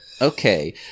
Okay